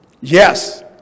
Yes